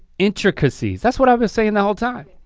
intricacies, that's what i was saying the whole time.